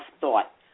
thought